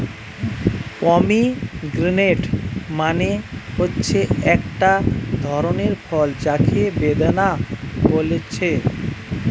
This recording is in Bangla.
পমিগ্রেনেট মানে হচ্ছে একটা ধরণের ফল যাকে বেদানা বলছে